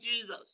Jesus